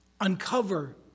uncover